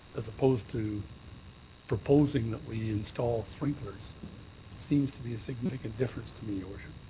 as opposed to proposing that we install sprinklers seems to be a significant difference to me, your worship.